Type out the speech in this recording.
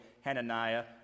Hananiah